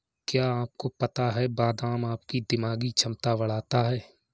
क्या आपको पता है बादाम आपकी दिमागी क्षमता बढ़ाता है?